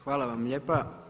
Hvala vam lijepa.